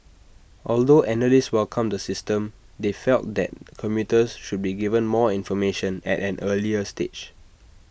although analysts welcomed the system they felt that commuters should be given more information at an earlier stage